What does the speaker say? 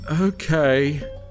Okay